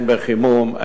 הן לחימום,